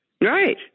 Right